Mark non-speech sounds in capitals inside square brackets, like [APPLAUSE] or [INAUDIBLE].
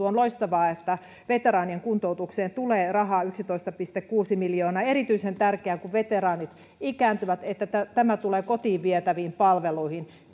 [UNINTELLIGIBLE] on loistavaa että veteraanien kuntoutukseen tulee rahaa yksitoista pilkku kuusi miljoonaa ja on erityisen tärkeää kun veteraanit ikääntyvät että tämä tulee kotiin vietäviin palveluihin [UNINTELLIGIBLE]